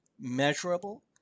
Measurable